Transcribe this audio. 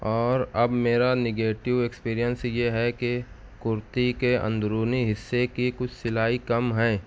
اور اب میرا نگیٹیو ایکسپریئنس یہ ہے کہ کُرتی کے اندرونی حصے کی کچھ سلائی کم ہیں